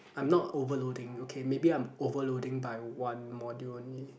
I'm not overloading okay maybe I'm overloading by one module only